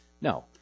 No